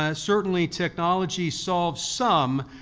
ah certainly technology solves some,